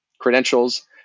credentials